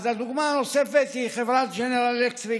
דוגמה נוספת היא חברת ג'נרל אלקטריק,